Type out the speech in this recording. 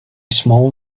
small